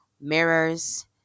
Mirrors